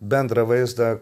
bendrą vaizdą